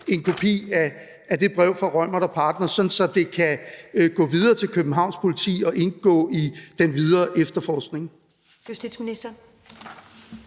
en kopi af det brev fra Reumert & Partnere, sådan at det kan gå videre til Københavns Politi og indgå i den videre efterforskning?